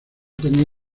tenía